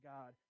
God